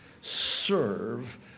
serve